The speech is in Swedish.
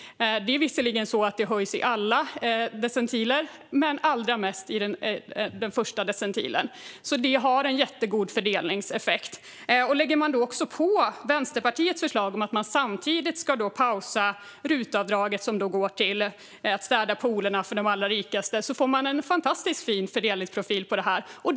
Det höjs visserligen i alla decentiler men allra mest i den första decentilen, så det har en jättegod fördelningseffekt. Om man också lägger på Vänsterpartiets förslag om att man samtidigt ska pausa rutavdraget som går till att städa poolerna för de allra rikaste får man en fantastiskt fin fördelningsprofil på det här.